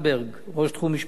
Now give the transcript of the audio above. ראש תחום משפט ציבורי,